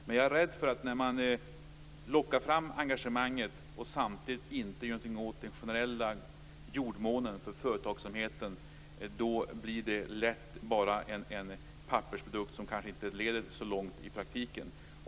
Men jag är rädd för att när man lockar fram engagemanget och samtidigt inte gör någonting åt den generella jordmånen för företagsamheten, då blir det lätt bara en pappersprodukt som kanske inte leder så långt i praktiken.